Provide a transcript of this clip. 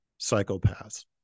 psychopaths